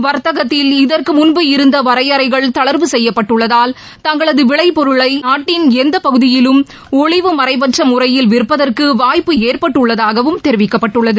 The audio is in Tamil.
வர்த்தகத்தில் இதற்கு முன்பு இருந்த வரையறைகள் தளர்வு செய்யப்பட்டுள்ளதால் தங்களது விளை பொருளை நாட்டின் எந்த பகுதியிலும் ஒளிவுமறைவற்ற முறையில் விற்பதற்கு வாய்ப்பு ஏற்பட்டுள்ளதாகவும் தெரிவிக்கப்பட்டுள்ளது